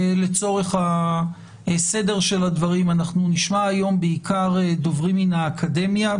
לצורך הסדר של הדברים אנחנו נשמע היום בעיקר דוברים מן האקדמיה,